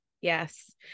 Yes